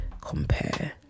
compare